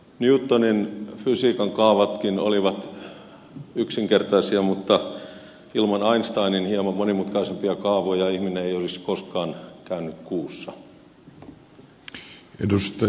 newtonin fysiikan kaavatkin olivat yksinkertaisia mutta ilman einsteinin hieman monimutkaisempia kaavoja ihminen ei olisi koskaan käynyt kuussa